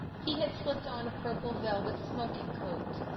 he had slipped on a purple velvet smoking-coat.